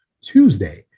tuesday